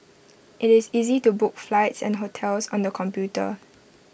IT is easy to book flights and hotels on the computer